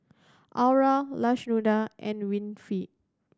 Aura Lashunda and Winifred